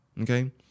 Okay